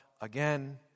again